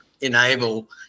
enable